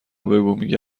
بگو، میگه